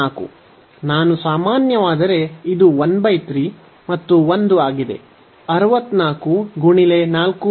ನಾನು ಸಾಮಾನ್ಯವಾದರೆ ಇದು 13 1 ಆಗಿದೆ 64 × 43 ಆದ್ದರಿಂದ 2563